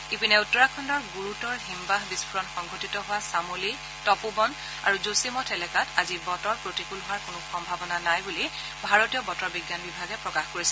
ইপিনে উত্তৰাখণ্ডৰ গুৰুতৰ হিমবাহ বিস্ফোৰণ সংঘটিত হোৱা ছামলী তপোবন আৰু ঘোশীমঠ এলেকাত আজি বতৰ প্ৰতিকূল হোৱাৰ কোনো সম্ভাৱনা নাই বুলি ভাৰতীয় বতৰ বিজ্ঞান বিভাগে প্ৰকাশ কৰিছে